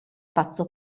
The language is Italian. pazzo